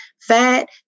fat